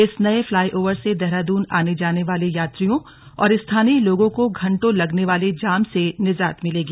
इस नये फ्लाईओवर से देहरादून आने जाने वाले यात्रियों और स्थानीय लोगों को घंटों लगने वाले जाम से निजात मिलेगी